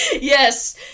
yes